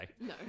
No